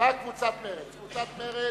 רק קבוצת מרצ.